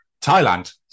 Thailand